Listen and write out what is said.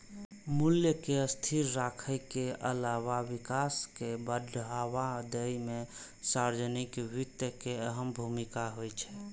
मूल्य कें स्थिर राखै के अलावा विकास कें बढ़ावा दै मे सार्वजनिक वित्त के अहम भूमिका होइ छै